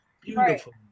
Beautiful